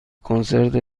کنسرت